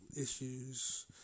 issues